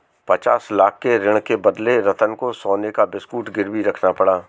पचास लाख के ऋण के बदले रतन को सोने का बिस्कुट गिरवी रखना पड़ा